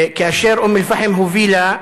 כאשר אום-אל-פחם הובילה,